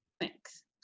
Thanks